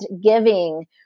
giving